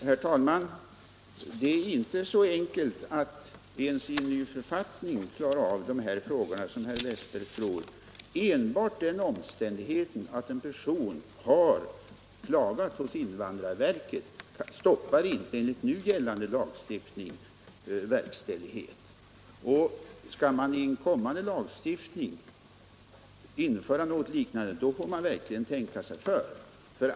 Herr talman! Det är inte så enkelt att ens i en ny författning klara av de här frågorna som herr Wästberg i Stockholm tror. Enbart den omständigheten att en person har klagat hos invandrarverket stoppar inte, enligt nu gällande lagstiftning, verkställighet. Skall man i en kommande lagstiftning införa något liknande, får man verkligen tänka sig för.